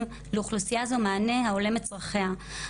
לאוכלוסייה הזאת מענה ההולם את צריכה.